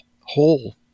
whole